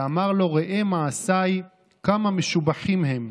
ואמר לו: 'ראה מעשיי כמה משובחים הם,